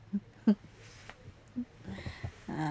uh